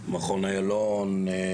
מכון איילון,